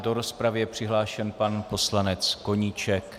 Do rozpravy je přihlášen pan poslanec Koníček.